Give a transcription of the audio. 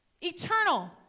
Eternal